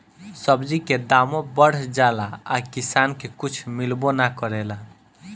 सब्जी के दामो बढ़ जाला आ किसान के कुछ मिलबो ना करेला